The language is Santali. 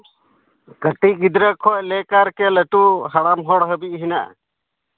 ᱠᱟᱹᱴᱤᱡ ᱜᱤᱫᱽᱨᱟᱹ ᱠᱷᱚᱱ ᱞᱟᱹᱭ ᱠᱟᱨᱛᱮ ᱞᱟᱹᱴᱩ ᱦᱟᱲᱟᱢ ᱦᱚᱲ ᱦᱟᱹᱵᱤᱡ ᱦᱮᱱᱟᱜᱼᱟ